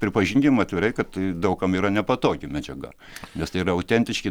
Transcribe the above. pripažinkim atvirai kad daug kam yra nepatogi medžiaga nes tai yra autentiški